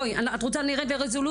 בואי, את רוצה שנרד לרזולוציה?